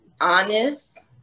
honest